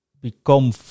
become